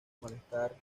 malestar